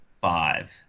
five